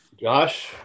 Josh